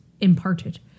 imparted